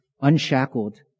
unshackled